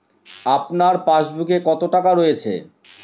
আপনার পাসবুকে কত টাকা রয়েছে?